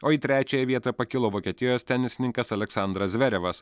o į trečiąją vietą pakilo vokietijos tenisininkas aleksandras zverevas